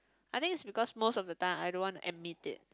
I think is because most of the time I don't want to admit it